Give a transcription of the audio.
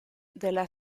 della